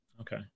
Okay